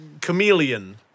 chameleon